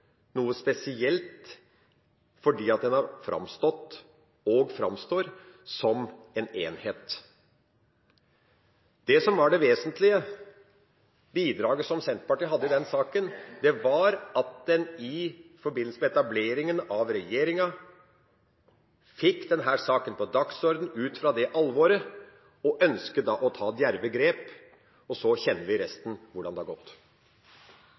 noe spesielt, fordi en har framstått, og framstår, som en enhet. Det som var det vesentlige bidraget fra Senterpartiet i den saken, var at en i forbindelse med etableringen av regjeringa fikk denne saken på dagsordenen, og at en ut fra det alvoret ønsket å ta djerve grep. Og så kjenner vi resten og hvordan det har gått.